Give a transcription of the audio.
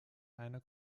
einer